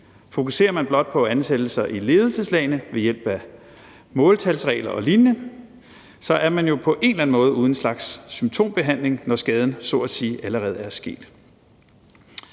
Fokuserer man blot på ansættelser i ledelseslagene ved hjælp af måltalsregler og lignende, er man jo på en eller anden måde ude i en slags symptombehandling, når skaden så at sige allerede er sket.